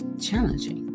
challenging